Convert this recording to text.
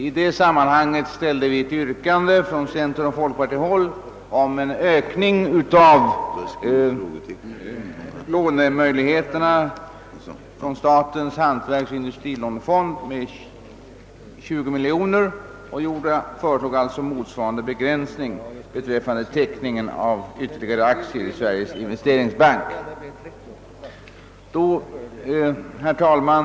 I det sammanhanget ställdes från centeroch folkpartihåll ett yrkande om en ökning av lånemöjligheterna till statens hantverksoch industrilånefond med 20 miljoner kronor och vi föreslog samtidigt motsvarande begränsning beträffande teckningen av ytterligare aktier i Sveriges investeringsbank. Herr talman!